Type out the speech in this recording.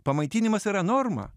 pamaitinimas yra norma